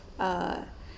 uh